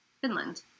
Finland